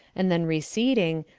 and then receding,